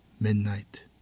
Midnight